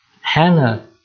Hannah